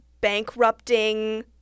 bankrupting